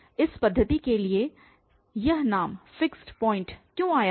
इस पद्धति के लिए यह नाम फिक्स पॉइंट क्यों आया है